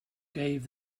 gave